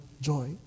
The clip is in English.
joy